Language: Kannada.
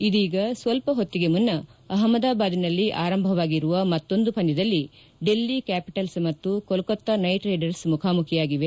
ಇದೀಗ ಸ್ವಲ್ಪ ಹೊತ್ತಿಗೆ ಮುನ್ನ ಅಹಮದಾಬಾದ್ನಲ್ಲಿ ಆರಂಭವಾಗಿರುವ ಮೊತ್ತೊಂದು ಪಂದ್ಯದಲ್ಲಿ ಡೆಲ್ಲಿ ಕ್ಯಾಪಿಟಲ್ಸ್ ಮತ್ತು ಕೋಲೊತ್ತಾ ನೈಟ್ ರೈಡರ್ಸ್ ಮುಖಾಮುಖಿಯಾಗಿವೆ